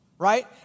Right